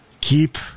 keep